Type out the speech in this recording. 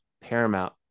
paramount